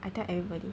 I tell everybody